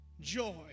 Joy